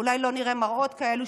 אולי לא נראה מראות כאלה.